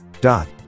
dot